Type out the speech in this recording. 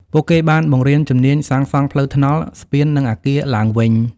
ពួកគេបានបង្រៀនជំនាញសាងសង់ផ្លូវថ្នល់ ស្ពាន និងអគារឡើងវិញ។